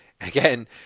again